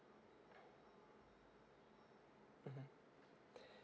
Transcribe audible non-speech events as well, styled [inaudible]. mmhmm [breath]